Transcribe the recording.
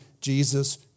Jesus